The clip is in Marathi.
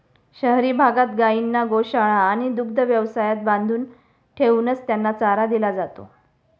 शहरी भागात गायींना गोशाळा आणि दुग्ध व्यवसायात बांधून ठेवूनच त्यांना चारा दिला जातो